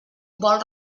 vol